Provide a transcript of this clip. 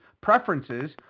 preferences